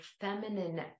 feminine